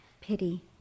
pity